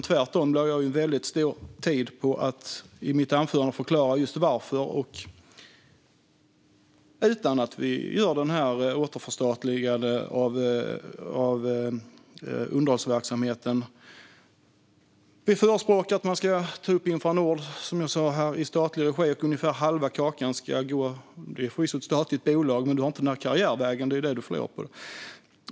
Tvärtom lade jag ned väldigt mycket tid på att i mitt anförande förklara varför, utan att vi gör återförstatligandet av underhållsverksamheten. Vi förespråkar att man ska ta upp Infranord i statlig regi. Det är förvisso ett statligt bolag. Men du har inte karriärvägen.